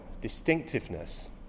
distinctiveness